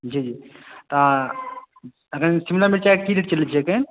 जी जी तऽ चुना मिर्चाइ की रेट चलैत छै आइ कल्हि